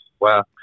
Wow